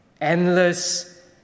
endless